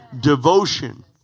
devotion